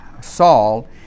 Saul